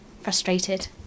frustrated